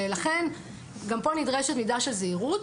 ולכן גם פה נדרשת מידה של זהירות.